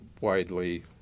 widely